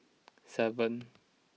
seven